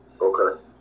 Okay